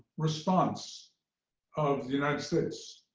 response of the united states,